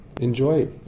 Enjoy